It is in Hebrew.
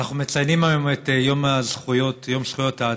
אנחנו מציינים היום את יום זכויות האדם,